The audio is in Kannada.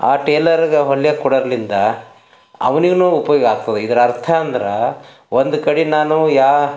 ಆ ಟೇಲರ್ಗೆ ಹೊಲೆಯೋಕೆ ಕೊಡರ್ಲಿಂದ ಅವನಿಗೂನು ಉಪಯೋಗ ಆಗ್ತದೆ ಇದರ ಅರ್ಥ ಅಂದ್ರೆ ಒಂದು ಕಡೆ ನಾನು ಯಾ